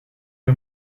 der